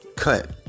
cut